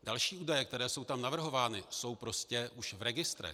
Další údaje, které jsou tam navrhovány, jsou prostě už v registrech.